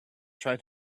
try